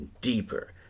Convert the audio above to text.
deeper